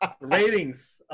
Ratings